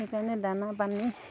সেইকাৰণে দানা পানী